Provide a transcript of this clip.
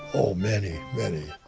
oh, many, many.